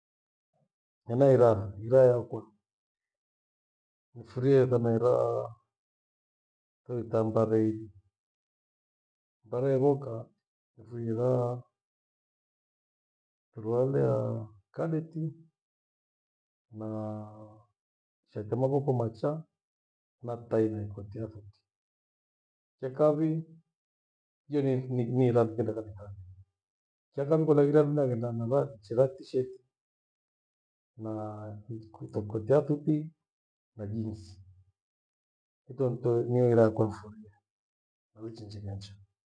Hena iraa, iraa ya ukwa nifurie thana eraa neiitambaa zaidi. Mbare yevoka nifurie ira suruwali ya khadeti naa shati ya mavuko macha na tai na ikoti ya suti. Chakawi, hiyo ni iraa nighenda kanisani. Chakawi kole naghaghire handu na ghenda naro nichiraa tisheti naa koti ya suti na jinzi. kento nto niighiraa kwamfurie na nichinjenyanja.